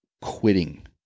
quitting